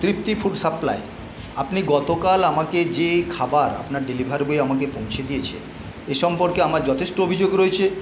তৃপ্তি food supply আপনি গতকাল আমাকে যে খাবার আপনার ডেলিভারি বয় আমাকে পৌঁছে দিয়েছে এ সম্পর্কে আমার যথেষ্ট অভিযোগ রয়েছে